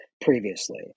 previously